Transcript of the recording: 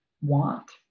want